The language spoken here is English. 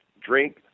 drink